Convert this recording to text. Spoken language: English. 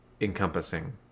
encompassing